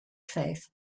faith